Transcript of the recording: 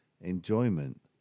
enjoyment